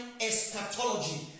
eschatology